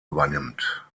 übernimmt